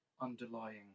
underlying